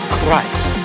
Christ